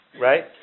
Right